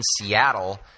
Seattle